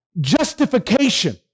justification